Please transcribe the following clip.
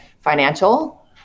financial